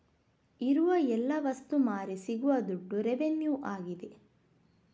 ಇರುವ ಎಲ್ಲ ವಸ್ತು ಮಾರಿ ಸಿಗುವ ದುಡ್ಡು ರೆವೆನ್ಯೂ ಆಗಿದೆ